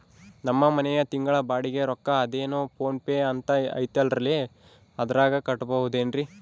ನಮ್ಮ ಮನೆಯ ತಿಂಗಳ ಬಾಡಿಗೆ ರೊಕ್ಕ ಅದೇನೋ ಪೋನ್ ಪೇ ಅಂತಾ ಐತಲ್ರೇ ಅದರಾಗ ಕಟ್ಟಬಹುದೇನ್ರಿ?